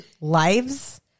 lives